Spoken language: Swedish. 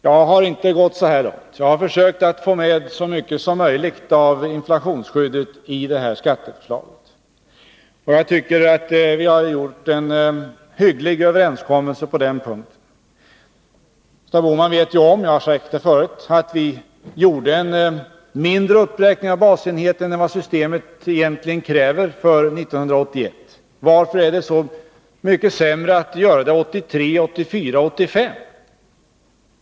Jag harinte gått så långt, utan jag har försökt att få med så mycket som möjligt av inflationsskyddet i det här skatteförslaget. Jag tycker att vi har gjort en hygglig överenskommelse på den punkten. Gösta Bohman var med på — jag har sagt det förut — att vi gjorde en mindre uppräkning av basenheten än vad systemet egentligen krävde för 1981. Varför är det så mycket sämre att göra det 1983, 1984 och 1985?